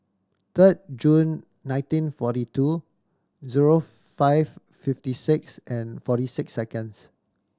third June nineteen forty two zero five fifty six and forty six seconds